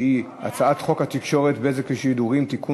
שהיא הצעת חוק התקשורת (בזק ושידורים) (תיקון,